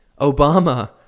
Obama